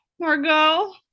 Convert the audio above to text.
Margot